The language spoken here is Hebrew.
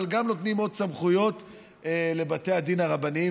אבל גם נותנים עוד סמכויות לבתי הדין הרבניים,